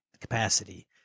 capacity